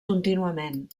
contínuament